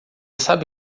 sabe